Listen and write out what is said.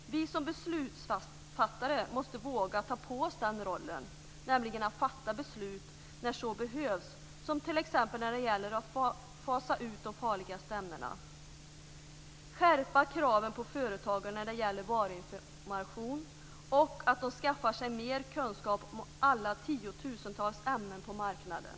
Vi som beslutsfattare måste våga ta på oss den rollen, nämligen att fatta beslut när så behövs, som t.ex. när det gäller att fasa ut de farligaste ämnena och skärpa kraven på företagen när det gäller varuinformation och att de skaffar sig mer kunskap om alla tiotusentals ämnen på marknaden.